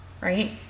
right